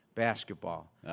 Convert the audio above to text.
basketball